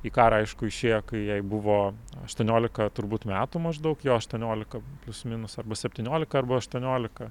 į karą aišku išėjo kai jai buvo aštuoniolika turbūt metų maždaug jo aštuoniolika plius minus arba septyniolika arba aštuoniolika